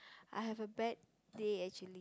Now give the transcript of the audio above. I have a bad day actually